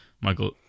Michael